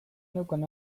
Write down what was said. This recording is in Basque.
neukan